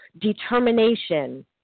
determination